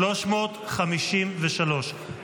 353,